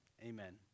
Amen